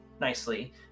nicely